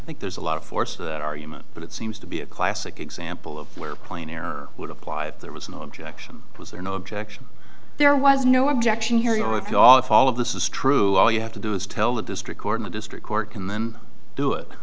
i think there's a lot of force of that argument but it seems to be a classic example of where plain error would apply if there was no objection was there no objection there was no objection here you know if you all if all of this is true all you have to do is tell the district court the district court can then do it